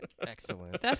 Excellent